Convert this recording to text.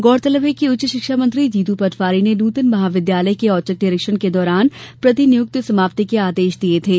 गौरतलब है कि उच्च शिक्षा मंत्री जीतू पटवारी ने नूतन महाविद्यालय के औचक निरीक्षण के दौरान प्रतिनियुक्ति समाप्ति के आदेश दिये थे